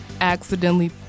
accidentally